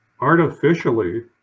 artificially